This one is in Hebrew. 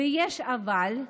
ויש אבל,